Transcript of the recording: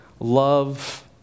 Love